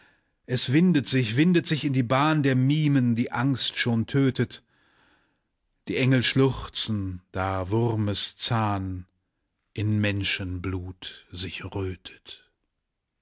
es windet sich windet sich in die bahn der mimen die angst schon tötet die engel schluchzen da wurmes zahn in menschenblut sich rötet